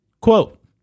Quote